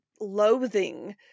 loathing